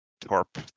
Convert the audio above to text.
torp